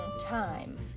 time